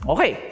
Okay